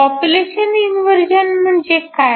population inversion म्हणजे काय